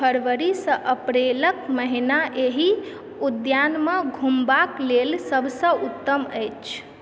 फरवरीसँ अप्रिलक महीना एहि उद्यानमे घुमबाक लेल सभसँ उत्तम अछि